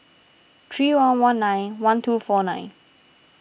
three one one nine one two four nine